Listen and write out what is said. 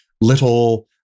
little